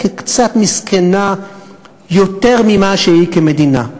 כקצת מסכנה יותר ממה שהיא כמדינה,